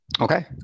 Okay